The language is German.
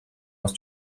aus